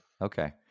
okay